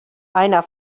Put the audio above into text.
einer